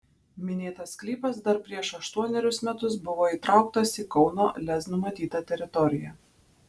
minėtas sklypas dar prieš aštuonerius metus buvo įtrauktas į kauno lez numatytą teritoriją